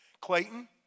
Clayton